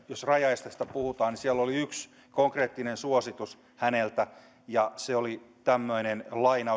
jos rajaesteistä puhutaan siellä oli yksi konkreettinen suositus häneltä ja se oli tämmöinen